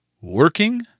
working